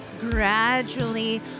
gradually